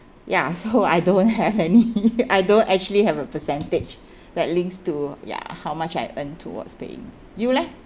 ya so I don't have any I don't actually have a percentage that links to ya how much I earn towards paying you leh